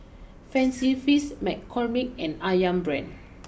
Fancy Feast McCormick and Ayam Brand